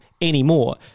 anymore